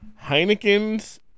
Heinekens